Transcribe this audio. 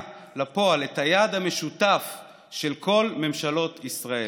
לפועל את היעד המשותף של כל ממשלות ישראל".